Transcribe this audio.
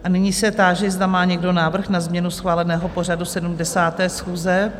A nyní se táži, zda má někdo návrh na změnu schváleného pořadu 70. schůze?